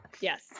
yes